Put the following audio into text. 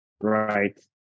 right